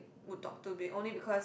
would talk to be only because